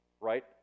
Right